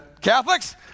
Catholics